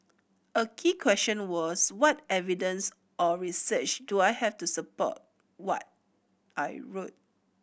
a key question was what evidence or research do I have to support what I wrote